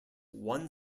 one